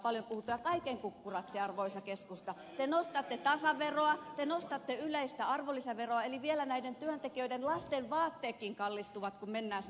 ja kaiken kukkuraksi arvoisa keskusta te nostatte tasaveroa te nostatte yleistä arvonlisäveroa eli vielä näiden työntekijöiden lasten vaatteetkin kallistuvat kun mennään sinne kauppaan